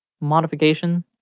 modification